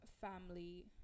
family